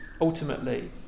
ultimately